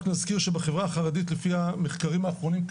נזכיר שבחברה החרדית לפי המחקרים האחרונים,